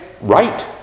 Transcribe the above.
right